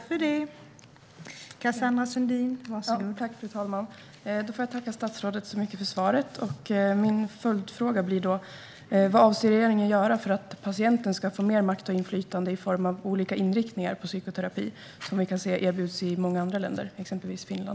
Fru talman! Då får jag tacka statsrådet så mycket för svaret. Min följdfråga blir då: Vad avser regeringen att göra för att patienten ska få mer makt och inflytande i form av olika inriktningar på psykoterapi som erbjuds i många andra länder, exempelvis Finland?